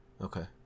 Okay